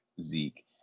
Zeke